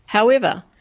however,